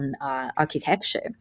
architecture